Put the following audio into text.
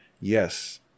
Yes